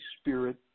Spirit